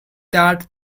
that